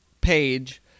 page